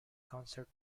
concert